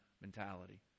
mentality